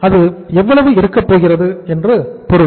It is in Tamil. அது எவ்வளவு இருக்கப்போகிறது என்று பொருள்